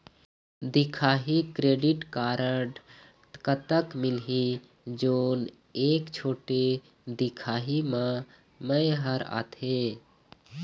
दिखाही credit card कतक मिलही जोन एक छोटे दिखाही म मैं हर आथे?